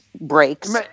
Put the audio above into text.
breaks